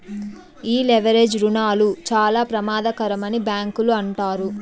ఈ లెవరేజ్ రుణాలు చాలా ప్రమాదకరమని బ్యాంకులు అంటారు